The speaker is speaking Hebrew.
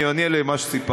אני עונה על מה שסיפרת,